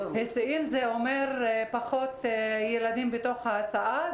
שזה פחות ילדים בתוך ההסעה,